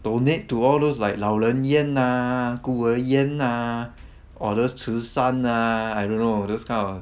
donate to all those like 老人院啊孤儿院啊 or those 慈善啊 I don't know those kind of